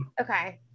okay